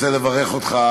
אני רוצה לברך אותך,